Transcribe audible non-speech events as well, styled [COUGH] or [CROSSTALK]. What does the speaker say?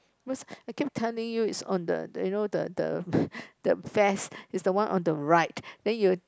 [NOISE] I keep telling you is on the you know the the vest is the one on the right then you